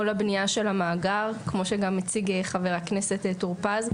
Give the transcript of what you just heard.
כל הבנייה של המאגר כמו שגם הציג חבר הכנסת טור פז,